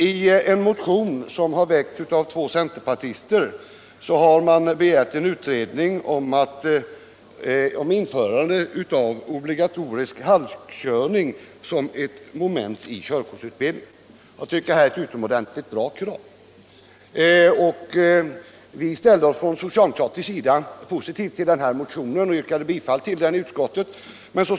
I en motion har två centerpartister begärt en utredning om införande av obligatorisk halkkörning som ett moment i körkortsutbildning. Det tycker jag är ett utomordentligt bra krav. Vi ställde oss från socialdemokratisk sida positiva till motionen och yrkade bifall till den i utskottet.